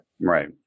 Right